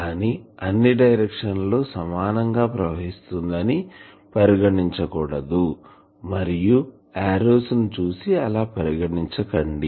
కానీ అన్ని డైరెక్షన్స్ లో సమానం గా ప్రవహిస్తుంది అని పరిగణించకూడదు మరియు ఎరోస్ ని చూసి ఆలా పరిగణించకండి